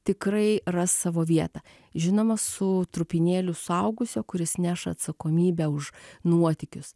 tikrai ras savo vietą žinoma su trupinėliu suaugusio kuris neš atsakomybę už nuotykius